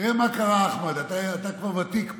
תראה מה קרה, אחמד, אתה כבר ותיק פה: